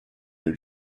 new